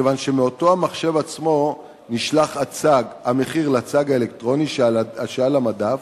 מכיוון שמאותו המחשב עצמו נשלח המחיר הן לצג האלקטרוני שעל המדף